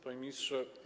Panie Ministrze!